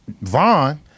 Vaughn